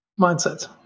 Mindset